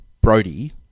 Brody